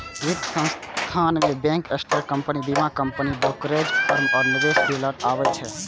वित्त संस्थान मे बैंक, ट्रस्ट कंपनी, बीमा कंपनी, ब्रोकरेज फर्म आ निवेश डीलर आबै छै